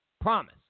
Promise